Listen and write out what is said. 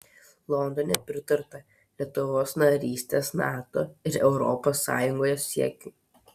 londone pritarta lietuvos narystės nato ir europos sąjungoje siekiui